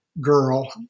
girl